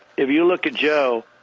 if you look at joe,